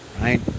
Right